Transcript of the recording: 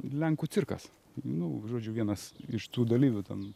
lenkų cirkas nu žodžiu vienas iš tų dalyvių ten